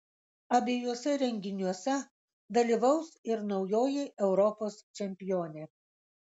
abiejuose renginiuose dalyvaus ir naujoji europos čempionė